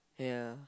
ya